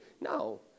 No